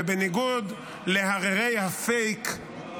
ובניגוד להררי הפייק,